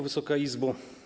Wysoka Izbo!